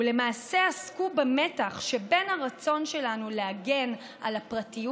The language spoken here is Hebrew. ולמעשה עסקו במתח שבין הרצון שלנו להגן על הפרטיות